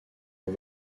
ont